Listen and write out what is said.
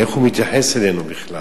איך הוא מתייחס אלינו בכלל,